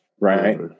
right